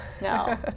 No